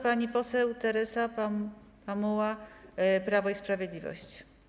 Pani poseł Teresa Pamuła, Prawo i Sprawiedliwość.